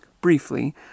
briefly